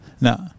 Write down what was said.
No